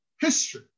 history